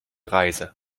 reise